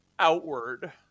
outward